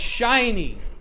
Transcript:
shiny